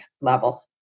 level